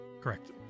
Correct